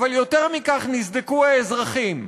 "אבל יותר מכך נסדקו האזרחים,